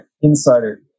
insider